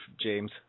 James